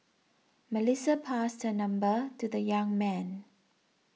Melissa passed her number to the young man